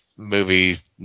movies